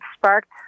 sparked